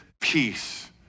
peace